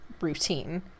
routine